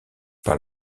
par